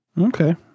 Okay